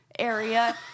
Area